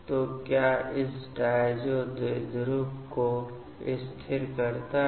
तो क्या इस डायज़ो द्विध्रुव को स्थिर करता है